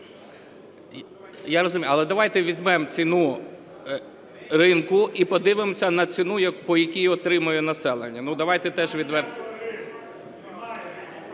Я розумію, але давайте візьмемо ціну ринку і подивимося на ціну, по якій отримує населення. Давайте теж відверто…